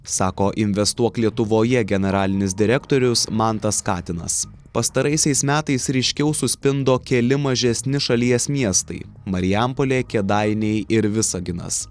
sako investuok lietuvoje generalinis direktorius mantas katinas pastaraisiais metais ryškiau suspindo keli mažesni šalies miestai marijampolė kėdainiai ir visaginas